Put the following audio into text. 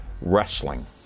wrestling